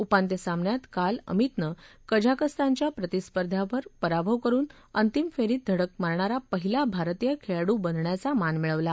उपांत्य सामन्यात काल अमितनं कझाकस्तानच्या साकेन बीबॉसिनॉव्ह याचा पराभव करून अंतिम फेरीत धडक मारणारा पहिला भारतीय खेळाडू बनण्याचा मान मिळवला